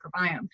microbiome